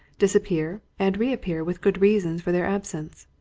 disappear and reappear with good reasons for their absence.